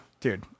Dude